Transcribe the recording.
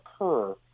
occur